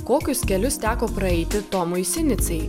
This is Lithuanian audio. kokius kelius teko praeiti tomui sinicai